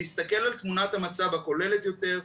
להסתכל על תמונת המצב הכוללת יותר,